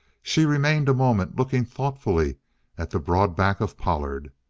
she remained a moment, looking thoughtfully at the broad back of pollard.